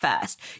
first